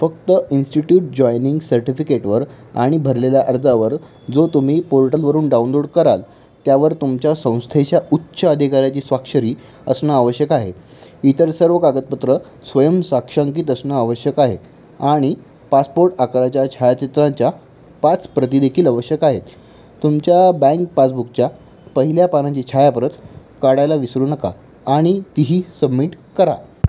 फक्त institute joining सर्टिफिकेटवर आणि भरलेल्या अर्जावर जो तुम्ही पोर्टलवरून डाउनलोड कराल त्यावर तुमच्या संस्थेच्या उच्च अधिकाऱ्याची स्वाक्षरी असणं आवश्यक आहे इतर सर्व कागदपत्र स्वयं साक्षांकित असणं आवश्यक आहे आणि पासपोर्ट आकाराच्या छायाचित्राच्या पाच प्रतिदेखील आवश्यक आहेत तुमच्या बँक पासबुकच्या पहिल्या पानाची छायाप्रत काढायला विसरू नका आणि तीही सबमिट करा